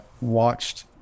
watched